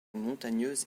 montagneuse